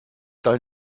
dein